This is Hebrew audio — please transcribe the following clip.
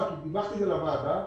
דיווחתי על זה לוועדה.